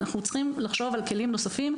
אנחנו צריכים לחשוב על כלים נוספים,